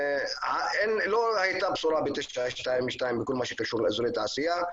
לא הייתה בשורה ב-922 בכל מה שקשור לאזורי תעשייה,